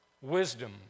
wisdom